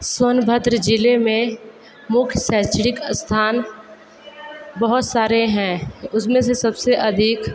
सोनभद्र जिले में मुख्य शैक्षणिक स्थान बहुत सारे हैं उसमें से सबसे अधिक